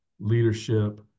leadership